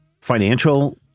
financial